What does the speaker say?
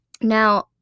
Now